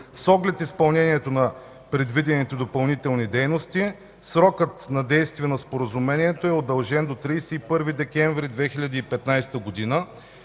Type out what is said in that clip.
С оглед изпълнението на предвидените допълнителни дейности срокът на действие на споразумението е удължен до 31 декември 2015 г.,